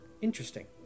Interesting